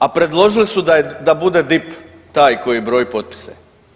A predložili su da bude DIP taj koji broji potpise.